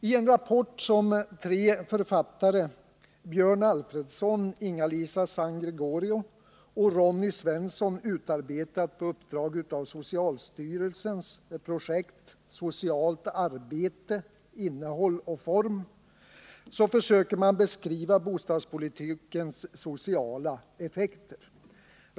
I en rapport som tre författare — Björn Alfredsson, Inga-Lisa Sangregorio och Ronny Svensson — utarbetat på uppdrag av socialstyrelsens projekt Socialt arbete — innehåll och form, försöker man beskriva bostadspolitikens sociala effekter.